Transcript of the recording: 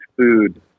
food